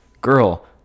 girl